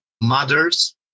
mothers